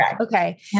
Okay